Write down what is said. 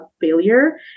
failure